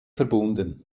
verbunden